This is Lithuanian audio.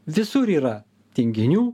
visur yra tinginių